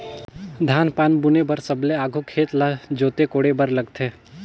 धान पान बुने बर सबले आघु खेत ल जोते कोड़े बर लगथे